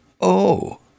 Oh